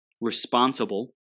responsible